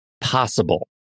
possible